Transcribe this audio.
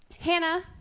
Hannah